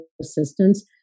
assistance